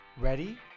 Ready